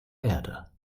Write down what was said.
erde